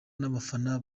n’abafana